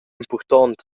impurtont